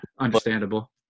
Understandable